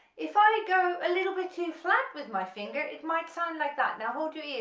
if i go a little bit too flat with my finger it might sound like that, now hold your